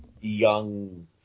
young